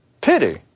Pity